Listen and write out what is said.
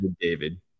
David